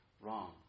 Wrong